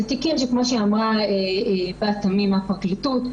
כמו שאמרה בת-עמי מהפרקליטות,